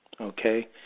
okay